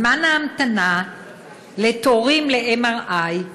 זמן ההמתנה לתורים" ל-MRI,